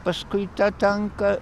paskui tą tanką